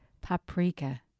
paprika